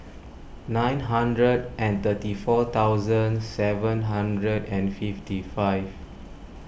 nine hundred and thirty four thousand seven hundred and fifty five